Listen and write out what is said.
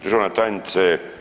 Državna tajnice.